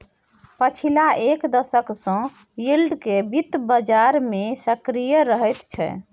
पछिला एक दशक सँ यील्ड केँ बित्त बजार मे सक्रिय रहैत छै